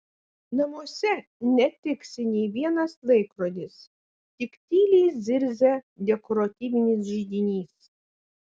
namuose netiksi nė vienas laikrodis tik tyliai zirzia dekoratyvinis židinys